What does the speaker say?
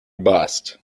bust